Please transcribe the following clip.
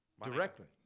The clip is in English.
Directly